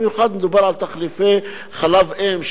במיוחד מדובר בתחליפי חלב-אם,